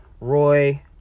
Roy